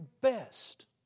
best